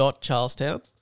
Charlestown